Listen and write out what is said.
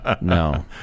No